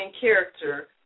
character